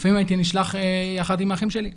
לפעמים הייתי נשלח יחד עם האחים שלי.